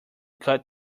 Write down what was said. cut